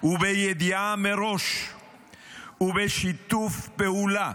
ובידיעה מראש ובשיתוף פעולה,